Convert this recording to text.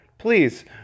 please